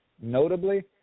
Notably